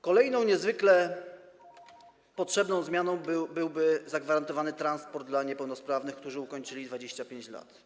Kolejną niezwykle potrzebną zmianą byłoby zagwarantowanie transportu niepełnosprawnym, którzy ukończyli 25 lat.